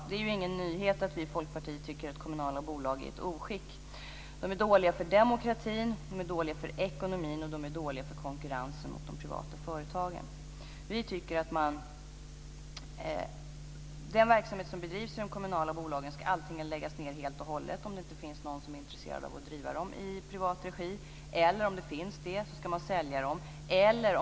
Det är ingen nyhet att vi i Folkpartiet tycker att kommunala bolag är ett oskick. De är dåliga för demokratin, dåliga för ekonomin och dåliga för konkurrensen mot de privata företagen. Vi tycker att den verksamhet som bedrivs i de kommunala bolagen antingen ska läggas ned helt och hållet om det inte finns någon som är intresserad av att driva dem i privat regi eller säljas om det finns någon som är intresserad.